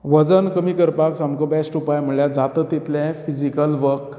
वजन कमी करपाक सामको बॅस्ट उपाय म्हणल्यार जाता तितले फिजीकल वर्क